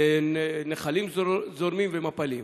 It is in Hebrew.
נחלים זורמים ומפלים.